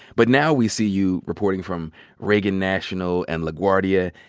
but now we see you reporting from reagan national and laguardia.